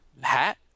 Hat